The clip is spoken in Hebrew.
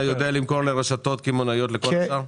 יודע למכור לרשתות קמעונאיות לבין כל השאר.